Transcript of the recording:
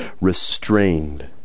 restrained